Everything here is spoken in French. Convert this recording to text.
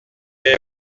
est